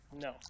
no